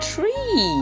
Tree